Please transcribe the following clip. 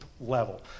level